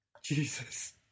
Jesus